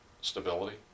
stability